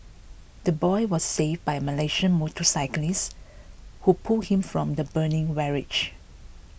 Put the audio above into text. the boy was saved by a Malaysian motorcyclist who pulled him from the burning wreckage